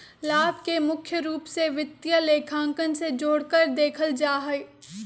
लाभ के मुख्य रूप से वित्तीय लेखांकन से जोडकर देखल जा हई